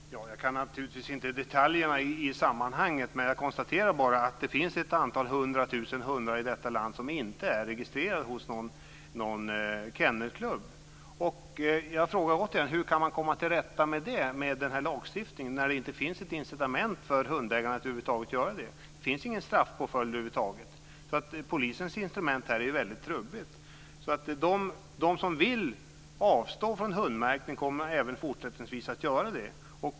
Fru talman! Jag kan naturligtvis inte detaljerna i sammanhanget. Jag konstaterar bara att det finns ett antal hundra tusen hundar i detta land som inte är registrerade hos någon kennelklubb. Jag frågar återigen: Hur kan man komma till rätta med det med den här lagstiftningen, när det inte finns ett incitament för hundägarna att göra det över huvud taget? Det finns ingen straffpåföljd över huvud taget. Polisens instrument här är väldigt trubbigt. De som vill avstå från hundmärkning kommer även fortsättningsvis att göra det.